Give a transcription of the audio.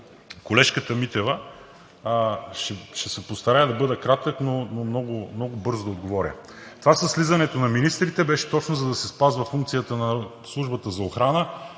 колежката Митева, ще се постарая да бъда кратък, но много бързо да отговоря. Това със слизането на министрите беше точно за да се спазва функцията на Службата за охрана,